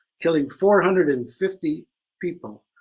killing four hundred and fifty people.